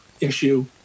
issue